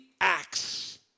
acts